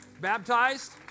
Baptized